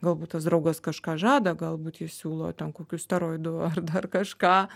galbūt tas draugas kažką žada galbūt jis siūlo ten kokių steroidų ar dar kažką